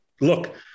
look